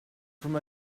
from